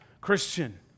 Christian